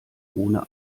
ohne